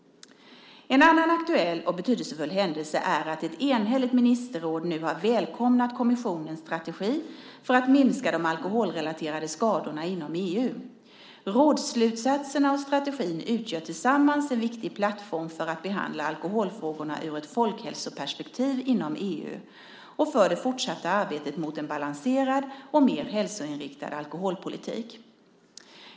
En annan aktuell och betydelsefull händelse är att ett enhälligt ministerråd nu har välkomnat kommissionens strategi för att minska de alkoholrelaterade skadorna inom EU. Rådsslutsatserna och strategin utgör tillsammans en viktig plattform för att behandla alkoholfrågor ur ett folkhälsoperspektiv inom EU och för det fortsatta arbetet mot en balanserad och mer hälsoinriktad alkoholpolitik.